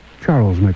Charles